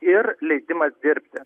ir leidimas dirbti